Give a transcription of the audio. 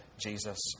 Jesus